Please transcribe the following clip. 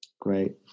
Great